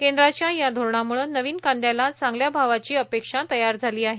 केंद्राच्या या धोरणामुळे नवीन कांदयाला चांगल्या भावाची अपेक्षा तयार झाली आहे